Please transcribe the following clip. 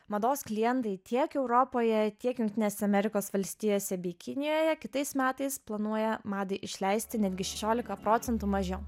mados klientai tiek europoje tiek jungtinėse amerikos valstijose bei kinijoje kitais metais planuoja madai išleisti netgi šešiolika procentų mažiau